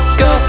go